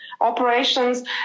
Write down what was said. operations